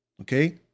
Okay